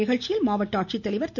நிகழ்ச்சியில் மாவட்ட ஆட்சித்தலைவர் திரு